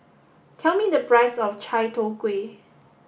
tell me the price of Chai Tow Kuay